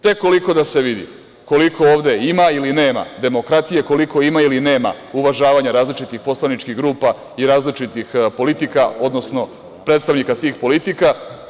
Tek koliko da se vidi koliko ovde ima ili nema demokratije, koliko ima ili nema uvažavanja različitih poslaničkih grupa i različitih politika, odnosno predstavnika tih politika.